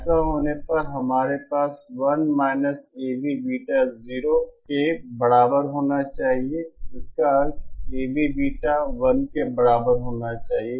ऐसा होने के लिए हमारे पास 1 AVBeta 0 के बराबर होना चाहिए इसका अर्थ है AvBeta 1 के बराबर होना चाहिए